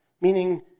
meaning